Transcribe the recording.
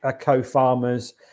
co-farmers